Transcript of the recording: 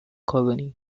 colony